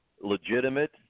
legitimate